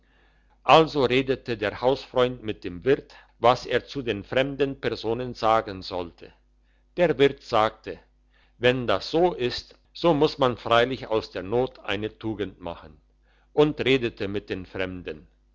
also redete der hausfreund mit dem wirt was er zu den fremden personen sagen sollte der wirt sagte wenn das so ist so muss man freilich aus der not eine tugend machen und redete mit den fremden